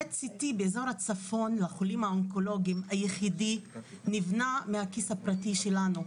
ה-PET CT באזור הצפון לחולים האונקולוגים היחידי נבנה מהכיס הפרטי שלנו.